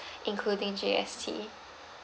including G_S_T